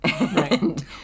Right